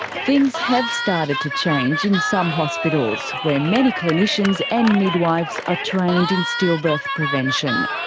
things have started to change in some hospitals, where many clinicians and midwives are trained in stillbirth prevention.